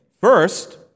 First